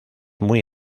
muy